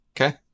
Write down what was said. Okay